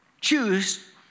choose